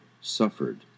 suffered